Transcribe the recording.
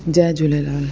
Jay Jhulelal